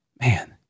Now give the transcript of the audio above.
Man